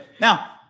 Now